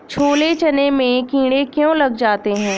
छोले चने में कीड़े क्यो लग जाते हैं?